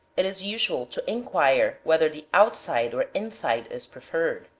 it is usual to inquire whether the outside or inside is preferred.